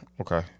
Okay